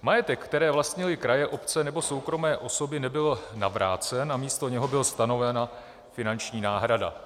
Majetek, který vlastnily kraje, obce nebo soukromé osoby, nebyl navrácen a místo něho byla stanovena finanční náhrada.